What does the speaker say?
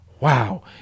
wow